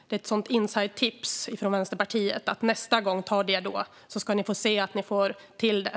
Det är ett insidertips från Vänsterpartiet. Ta det nästa gång, så ska ni se att ni får till det!